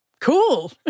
Cool